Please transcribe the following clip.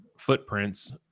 footprints